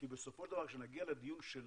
כי בסופו של דבר כשנגיע לדיון שלנו,